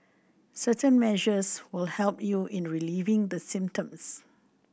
certain measures will help you in relieving the symptoms